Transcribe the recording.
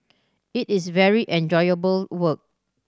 it is very enjoyable work